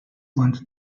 went